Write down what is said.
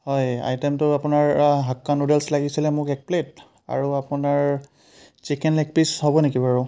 হয় আইটেমটো আপোনাৰ হাক্কা নুডলচ্ লাগিছিলে মোক একপ্লেট আৰু আপোনাৰ চিকেন লেগ পিচ হ'ব নেকি বাৰু